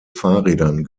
fahrrädern